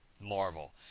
Marvel